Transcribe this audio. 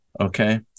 Okay